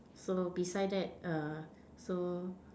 so beside that err so